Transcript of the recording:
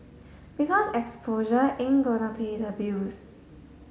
because exposure ain't gonna pay the bills